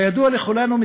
כידוע לכולנו,